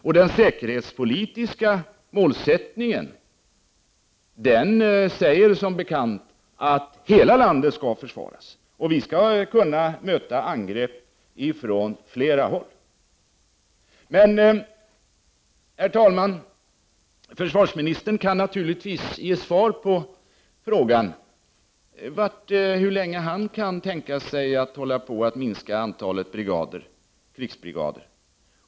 Och den säkerhetspolitiska målsättningen säger som bekant att hela landet skall försvaras och att vi skall kunna möta angrepp från flera håll. Försvarsministern kan naturligtvis svara på frågan hur länge han kan tänka sig hålla på att minska antalet krigsbrigader.